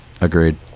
agreed